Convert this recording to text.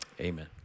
amen